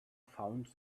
found